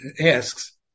asks